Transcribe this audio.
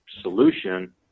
solution